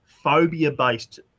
phobia-based